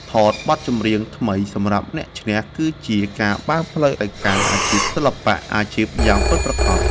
ថតបទចម្រៀងថ្មីសម្រាប់អ្នកឈ្នះគឺជាការបើកផ្លូវទៅកាន់អាជីពសិល្បៈអាជីពយ៉ាងពិតប្រាកដ។